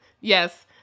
yes